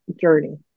journey